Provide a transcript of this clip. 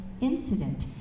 incident